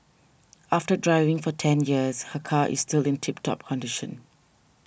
after driving for ten years her car is still in tip top condition